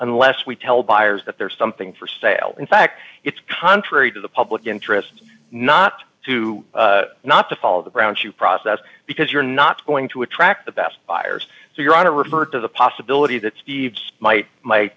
unless we tell buyers that there's something for sale in fact it's contrary to the public interest not to not to follow the ground to process because you're not going to attract the best buyers so you're going to refer to the possibility that m